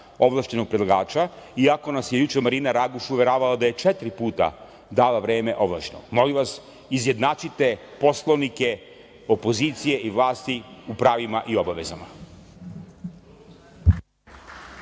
ovlašćenog predlagača, iako nas je juče Marina Raguš uveravala da je četiri puta dala vreme ovlašćenog. Molim vas izjednačite poslanike opozicije i vlasti u pravima i obavezama.